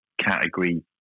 Category